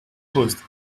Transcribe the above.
post